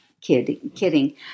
kidding